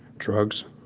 drugs.